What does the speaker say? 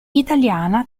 italiana